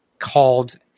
Called